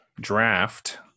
draft